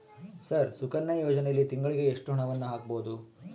Sir Sukanya ಯೋಜನೆಯಲ್ಲಿ ತಿಂಗಳಿಗೆ ಎಷ್ಟು ಹಣವನ್ನು ಹಾಕಬಹುದು?